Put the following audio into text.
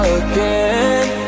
again